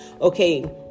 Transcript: Okay